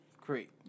Great